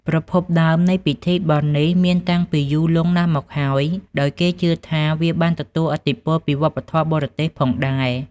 ប្រភពដើមនៃពិធីបុណ្យនេះមានតាំងពីយូរលង់ណាស់មកហើយ ដោយគេជឿថាវាបានទទួលឥទ្ធិពលពីវប្បធម៌បរទេសផងដែរ។